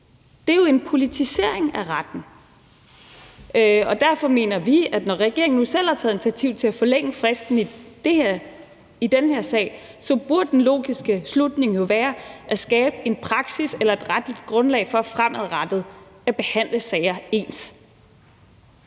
Det er jo en politisering af retten, og derfor mener vi, at når regeringen nu selv har taget initiativ til at forlænge fristen i den her sag, så burde den logiske slutning jo være at skabe en praksis eller et retligt grundlag for fremadrettet at behandle sager ens.